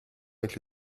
avec